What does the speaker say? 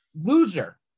Loser